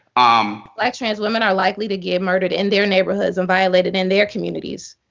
um black trans women are likely to get murdered in their neighborhoods and violated in their communities.